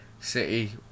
City